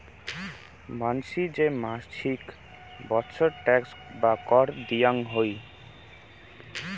মানসি যে মাছিক বৎসর ট্যাক্স বা কর দেয়াং হই